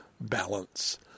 balance